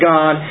God